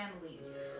families